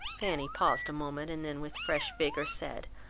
fanny paused a moment, and then, with fresh vigor, said,